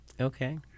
Okay